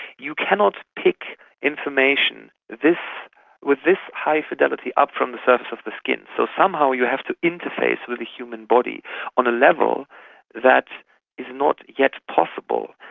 you cannot pick information with this high fidelity up from the surface of the skin. so somehow you have to interface with the human body on a level that is not yet possible.